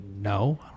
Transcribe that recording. no